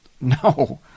No